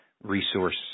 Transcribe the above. resource